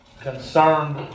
concerned